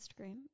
Instagram